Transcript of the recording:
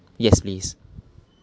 yes please